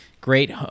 great